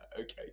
Okay